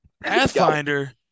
Pathfinder